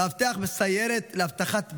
מאבטח בסיירת לאבטחת בנקים,